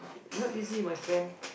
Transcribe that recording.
not easy my friend